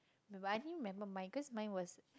no but I think never mind cause mine was